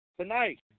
tonight